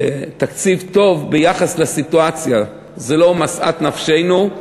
תקציב טוב ביחס לסיטואציה, זה לא משאת נפשנו,